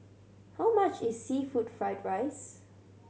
how much is seafood fried rice